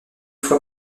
fois